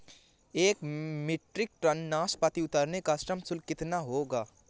एक metric tonne नाशपाती उतारने का श्रम शुल्क कितना होगा?